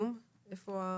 שלום לכולם,